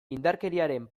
indarkeriaren